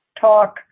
talk